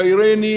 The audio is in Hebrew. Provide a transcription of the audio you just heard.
גיירני,